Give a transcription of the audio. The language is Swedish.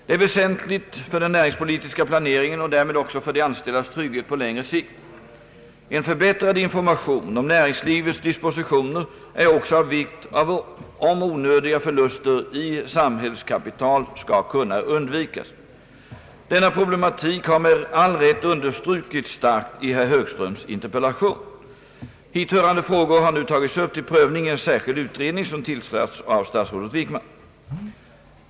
Det är väsentligt för den näringspolitiska planeringen och därmed också för de anställdas trygghet på längre sikt. En förbättrad information om näringslivets dispositioner är också av vikt om onödiga förluster i samhällskapital skall kunna undvikas. Denna problematik har med all rätt understru kits starkt i herr Högströms interpellation. Hithörande frågor har nu tagits upp till prövning i en särskild utredning som tillsatts av statsrådet Wickman.